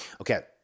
Okay